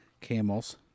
Camels